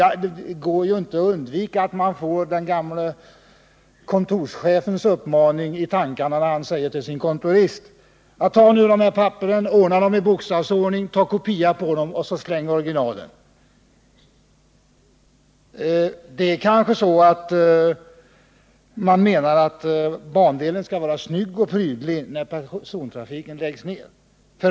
Det är inte utan att man kommer att tänka på den gamle kontorschefens uppmaning till kontoristen: Ordna de här handlingarna i bokstavsordning, ta en kopia på dem och släng bort originalen! — Man menar kanske att bandelen skall vara snygg och prydlig när persontrafiken läggs ned.